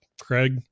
craig